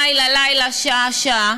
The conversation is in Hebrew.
לילה-לילה, שעה-שעה,